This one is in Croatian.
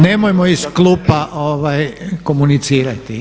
Nemojmo iz klupa komunicirati.